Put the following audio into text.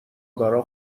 برا